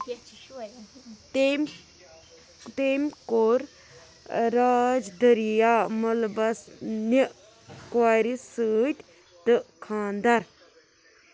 تٔمۍ تٔمۍ کوٚر راج دٔریا ملبھَس نہِ کورِ سۭتۍ تہٕ خانٛدَر